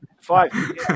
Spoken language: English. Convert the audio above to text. five